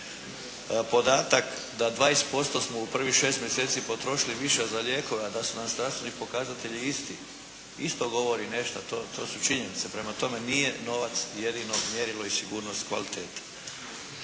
Podatak da 20% smo u prvih šest mjeseci potrošili više za lijekove, a da su nam zdravstveni pokazatelji isti, isto govori nešto. To su činjenice. Prema tome nije novac jedino mjerilo i sigurnost kvalitete.